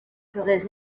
feraient